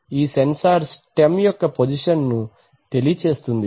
ఈ sensor stem యొక్క position తెలియచేస్తుంది